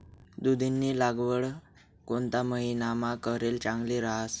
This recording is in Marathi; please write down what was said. दुधीनी लागवड कोणता महिनामा करेल चांगली रहास